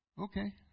Okay